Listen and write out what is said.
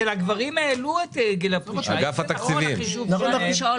אגף התקציבים, בבקשה.